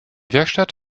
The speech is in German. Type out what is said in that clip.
werkstatt